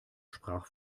sprach